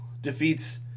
defeats